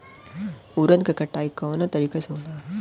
उरद के कटाई कवना तरीका से होला?